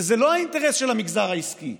וזה לא האינטרס של המגזר העסקי,